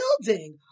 building